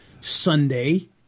Sunday